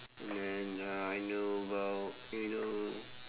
then uh I know about you know